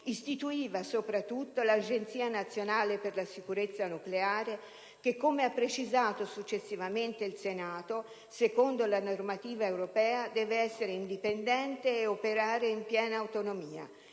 istituiva - soprattutto - l'Agenzia nazionale per la sicurezza nucleare che, come ha precisato successivamente il Senato, secondo la normativa europea deve essere indipendente ed operare in piena autonomia,